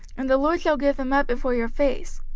and the lord shall give them up before your face,